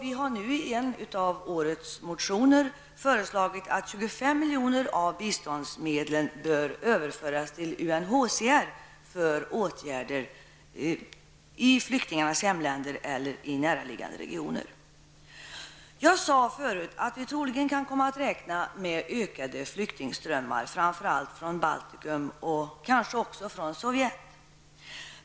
I en av årets motioner har vi nu föreslagit att 25 milj.kr. av biståndsmedlen bör överföras till UNHCR för åtgärder i flyktingarnas hemländer eller näraliggande regioner. Jag sade förut att vi troligen kan komma att räkna med ökade flyktingströmmar, framför allt från Baltikum och kanske också från Sovjet.